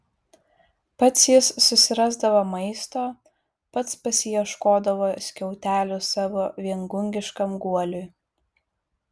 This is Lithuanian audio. pats jis susirasdavo maisto pats pasiieškodavo skiautelių savo viengungiškam guoliui